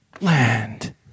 land